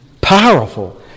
powerful